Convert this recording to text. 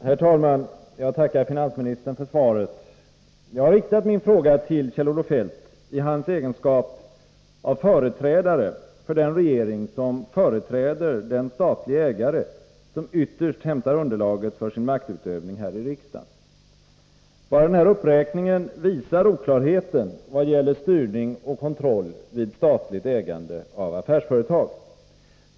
Herr talman! Jag tackar finansministern för svaret. Jag har riktat min fråga till Kjell-Olof Feldt i hans egenskap av representant för den regering som företräder den statliga ägare som ytterst hämtar underlaget för sin maktutövning här i riksdagen. Bara den här uppräkningen visar oklarheten när det gäller styrning och kontroll vid statligt ägande av affärsföretag.